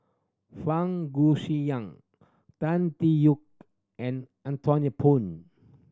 Fang Tan Tee Yoke and Anthony Poon